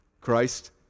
Christ